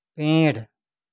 पेड़